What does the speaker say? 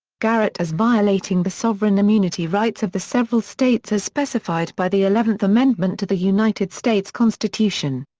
garrett as violating the sovereign immunity rights of the several states as specified by the eleventh amendment to the united states constitution.